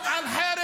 --- חבר